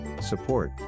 Support